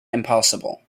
impossible